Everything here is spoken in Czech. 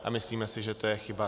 A myslíme si, že to je chyba.